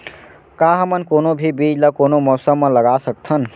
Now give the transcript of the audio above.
का हमन कोनो भी बीज ला कोनो मौसम म लगा सकथन?